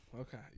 Okay